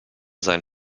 sein